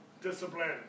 discipline